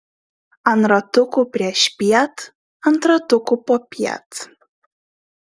ant ratukų priešpiet ant ratukų popiet